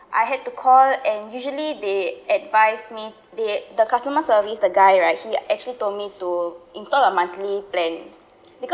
I had to call and usually they advise me they the customer service the guy right he actually told me to install a monthly plan because